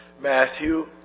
Matthew